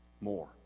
more